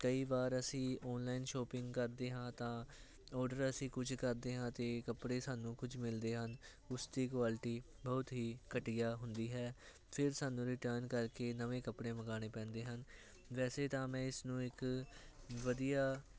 ਕਈ ਵਾਰ ਅਸੀਂ ਓਨਲਾਈਨ ਸ਼ੋਪਿੰਗ ਕਰਦੇ ਹਾਂ ਤਾਂ ਓਰਡਰ ਅਸੀਂ ਕੁਝ ਕਰਦੇ ਹਾਂ ਅਤੇ ਕੱਪੜੇ ਸਾਨੂੰ ਕੁਝ ਮਿਲਦੇ ਹਨ ਉਸ ਦੀ ਕੁਆਲਿਟੀ ਬਹੁਤ ਹੀ ਘਟੀਆ ਹੁੰਦੀ ਹੈ ਫਿਰ ਸਾਨੂੰ ਰਿਟਰਨ ਕਰਕੇ ਨਵੇਂ ਕੱਪੜੇ ਮੰਗਾਉਣੇ ਪੈਂਦੇ ਹਨ ਵੈਸੇ ਤਾਂ ਮੈਂ ਇਸ ਨੂੰ ਇੱਕ ਵਧੀਆ